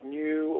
new